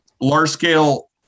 Large-scale